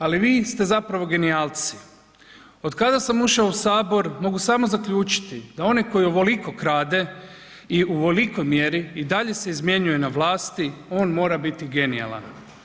Ali vi ste zapravo genijalci, otkada sam ušao u Sabor mogu samo zaključiti da onaj koji ovoliko krade i u ovolikoj mjeri i dalje se izmjenjuje na vlasti on mora biti genijalan.